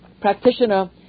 practitioner